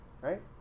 right